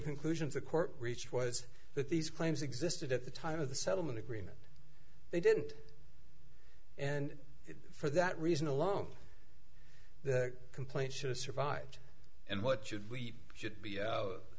conclusions the court reached was that these claims existed at the time of the settlement agreement they didn't and for that reason alone the complaint should have survived and what should we should be but